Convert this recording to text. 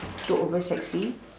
too over sexy